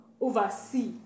oversee